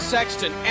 Sexton